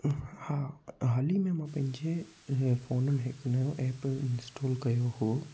हा हाल ई मां पंहिंजे फ़ोन में हिकु नओं एप इंस्टोल कयो हुओ